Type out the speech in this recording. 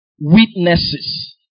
Witnesses